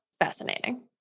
fascinating